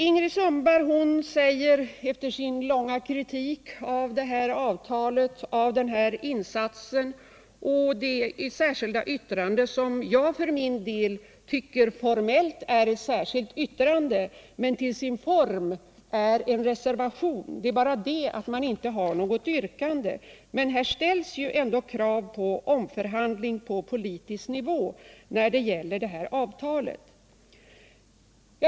Ingrid Sundberg framför en lång kritik av det här avtalet och den här insatsen. Det särskilda yttrandet tycker jag för min del formellt är ett särskilt yttrande men till sitt innehåll en reservation — det är bara det att man inte har något yrkande. Men här ställs ju ändå krav på omförhandling på politisk nivå om avtalet.